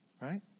Right